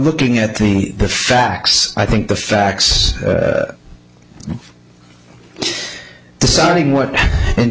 looking at me the facts i think the facts deciding what and